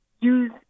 use